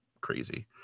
crazy